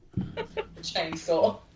Chainsaw